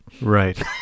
Right